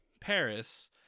Paris